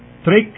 trick